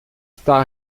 está